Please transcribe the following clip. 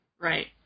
Right